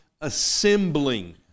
assembling